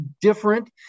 different